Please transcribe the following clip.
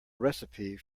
receipt